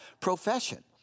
profession